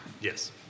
Yes